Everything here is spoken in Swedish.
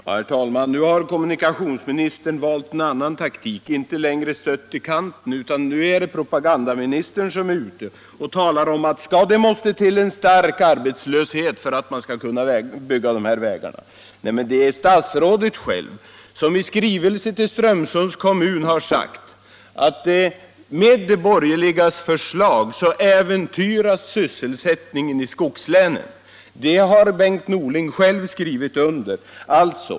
Herr talman! Nu har kommunikationsministern valt en annan taktik — nu är han inte längre stött i kanten, utan nu är propagandaministern ute: Skall det behövas en stark arbetslöshet för att man skall kunna bygga dessa vägar? frågar herr Norling. Men det är ju statsrådet själv som i skrivelse till Strömsunds kommun har sagt att med de borgerligas förslag äventyras sysselsättningen i skogslänen. Detta har Bengt Norling själv skrivit under.